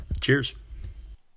Cheers